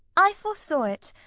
i foresaw it.